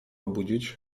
obudzić